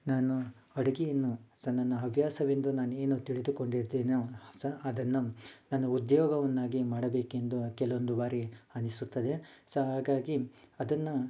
ನಾನು ಅಡುಗೆಯನ್ನು ಸೊ ನನ್ನ ಹವ್ಯಾಸವೆಂದು ನಾನೇನು ತಿಳಿದುಕೊಂಡಿರ್ತೀನೋ ಸೊ ಅದನ್ನು ನಾನು ಉದ್ಯೋಗವನ್ನಾಗಿ ಮಾಡಬೇಕೆಂದು ಕೆಲವೊಂದು ಬಾರಿ ಅನಿಸುತ್ತದೆ ಸೊ ಹಾಗಾಗಿ ಅದನ್ನು ಸೊ